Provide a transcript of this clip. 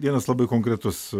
vienas labai konkretus